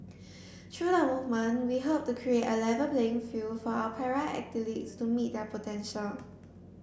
through the movement we hope to create A Level playing field for our para athletes to meet their potential